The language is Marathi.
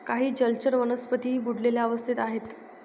काही जलचर वनस्पतीही बुडलेल्या अवस्थेत आहेत